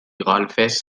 golfes